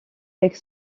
avec